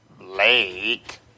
Blake